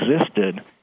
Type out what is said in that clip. existed